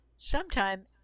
Sometime